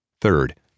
Third